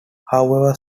however